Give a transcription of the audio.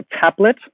tablet